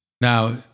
Now